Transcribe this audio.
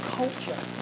culture